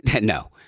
No